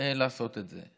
לעשות את זה.